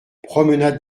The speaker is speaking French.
promenade